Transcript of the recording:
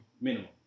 Minimum